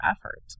effort